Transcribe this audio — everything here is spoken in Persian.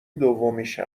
دومیش